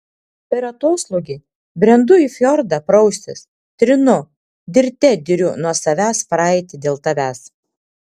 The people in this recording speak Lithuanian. per atoslūgį brendu į fjordą praustis trinu dirte diriu nuo savęs praeitį dėl tavęs